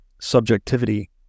subjectivity